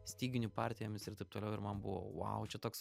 styginių partijomis ir taip toliau ir man buvo vau čia toks